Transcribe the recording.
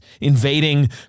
invading